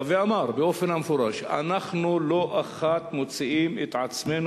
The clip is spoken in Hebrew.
ואמר באופן מפורש: אנחנו לא אחת מוצאים את עצמנו